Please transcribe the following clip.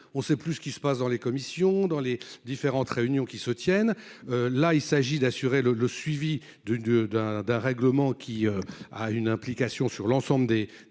on sait plus ce qui se passe dans les commissions dans les différentes réunions qui se tiennent. Là il s'agit d'assurer le le suivi de de d'un d'un règlement qui a une implication sur l'ensemble des